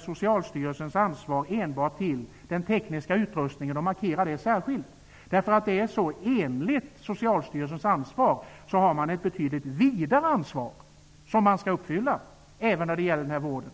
Socialstyrelsens ansvar enbart till den tekniska utrustningen och markera det särskilt. Socialstyrelsen har ett betydligt vidare ansvar som man skall uppfylla även när det gäller den här vården.